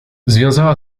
zawiązała